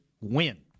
win